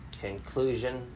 conclusion